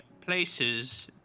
places